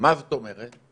מה זאת אומרת?